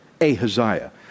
Ahaziah